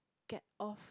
get off